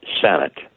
senate